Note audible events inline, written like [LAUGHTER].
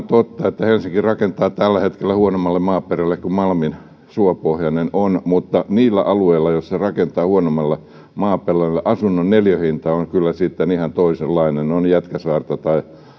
[UNINTELLIGIBLE] totta että helsinki rakentaa tällä hetkellä huonommalle maaperälle kuin malmin suopohjainen on mutta niillä alueilla joilla se rakentaa huonommalle maaperälle asunnon neliöhinta on kyllä sitten ihan toisenlainen on jätkäsaarta tai